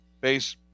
base